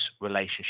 relationship